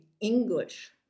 English